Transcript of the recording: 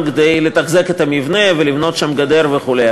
כדי לתחזק את המבנה ולבנות שם גדר וכו'.